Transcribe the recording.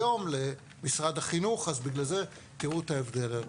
היום למשרד החינוך, אז בגלל זה תראו את ההבדלים.